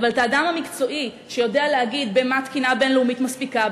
אבל את האדם המקצועי שיודע להגיד במה התקינה הבין-לאומית מספיקה,